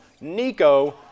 Nico